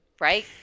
Right